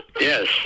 Yes